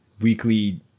weekly